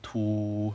two